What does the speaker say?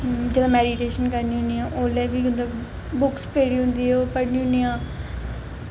जिसलै मैडिटेशन करनी होन्नी आं उसलै बी मतलब बुक्क पेदी होंदी ऐ पढ़नी होन्नी आं